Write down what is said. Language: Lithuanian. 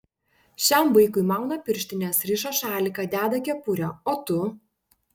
šiam vaikui mauna pirštines riša šaliką deda kepurę o tu